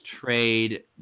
trade